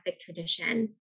tradition